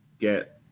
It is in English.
get